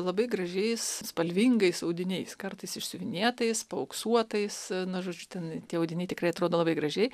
labai gražiais spalvingais audiniais kartais išsiuvinėtais paauksuotais na žodžiu ten tie audiniai tikrai atrodo labai gražiai